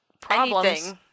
problems